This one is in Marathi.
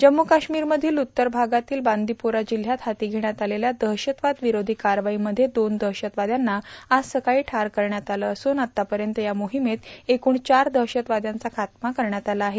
जम्मू काश्मीर मधील उत्तर भागातील बांदीपोरा जिल्हयात हाती घेण्यात आलेल्या दहशतवाद विरोधी कारवाई मध्ये दोन दहशतवाद्यांना आज सकाळी ठार करण्यात आलं असून आतापर्यत या मोहिमेत एकूण चार दहशतवाद्यांचा खातमा करण्यात आला आहे